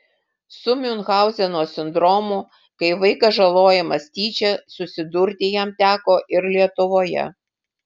su miunchauzeno sindromu kai vaikas žalojamas tyčia susidurti jam teko ir lietuvoje